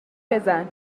بزن